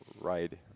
ride